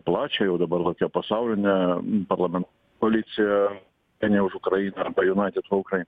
plačią jau dabar tokią pasaulinę parlamen koaliciją vieniję už ukrainą arba united for ukraine